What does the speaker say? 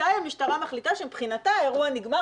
מתי המשטרה מחליטה שמבחינתה האירוע נגמר